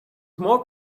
more